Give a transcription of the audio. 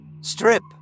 Strip